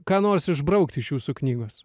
ką nors išbraukt iš jūsų knygos